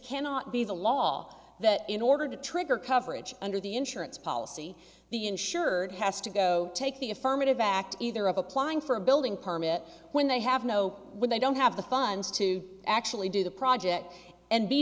cannot be the law that in order to trigger coverage under the insurance policy the insured has to go take the affirmative act either of applying for a building permit when they have no when they don't have the funds to actually do the project and be